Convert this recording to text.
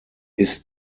ist